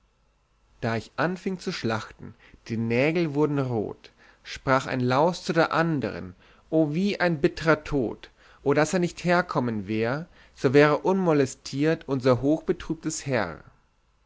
da ich anfieng zu schlachten die nägel wurden rot sprach ein laus zu der andern o wie ein bittrer tod o daß er nicht herkommen wär so wär unmolestiert unser hochbetrübtes heer